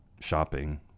shopping